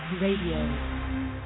Radio